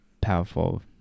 powerful